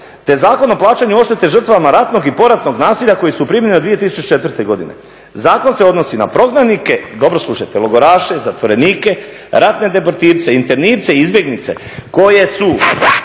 te Zakon o plaćanju odštete žrtvama ratnog i poratnog nasilja koje su primljene 2004. godine. Zakon se odnosi na prognanike, dobro slušajte, logoraše, zatvorenike, ratne deportirce, internirce, izbjeglice koje su